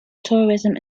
tourism